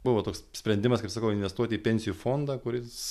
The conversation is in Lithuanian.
buvo toks sprendimas kaip sakau investuoti į pensijų fondą kuris